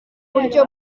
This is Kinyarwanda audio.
buryo